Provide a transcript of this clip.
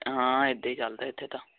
ਹਾਂ ਇਦਾਂ ਹੀ ਚਲਦਾ ਇਥੇ ਤਾਂ